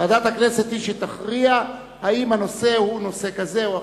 ועדת הכנסת היא שתכריע אם הנושא הוא נושא כזה או אחר.